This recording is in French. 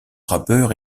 rappeur